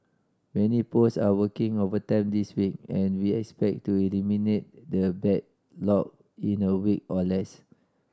many post are working overtime this week and we expect to eliminate the backlog in a week or less